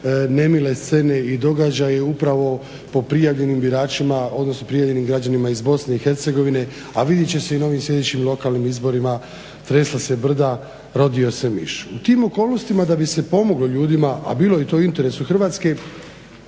nemile scene i događaje upravo po prijavljenim biračima, odnosno prijavljenim građanima iz BiH, a vidjet će se i na ovim sljedećim lokalnim izborima tresla se brda, rodio se miš. U tim okolnostima da bi se pomoglo ljudima, a bilo je to u interesu Hrvatske,